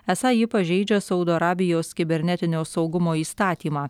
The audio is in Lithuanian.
esą ji pažeidžia saudo arabijos kibernetinio saugumo įstatymą